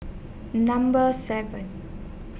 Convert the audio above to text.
Number seven